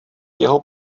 jeho